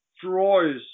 destroys